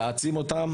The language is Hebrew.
להעצים אותן,